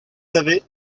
savez